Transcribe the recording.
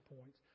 points